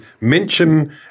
mention